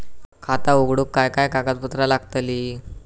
खाता उघडूक काय काय कागदपत्रा लागतली?